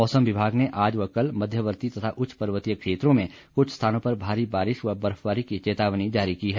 मौसम विभाग ने आज व कल मध्यवर्ती तथा उच्च पर्वतीय क्षेत्रों में कुछ स्थानों पर भारी बारिश व बर्फबारी की चेतावनी जारी की है